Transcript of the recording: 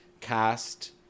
cast